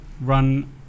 run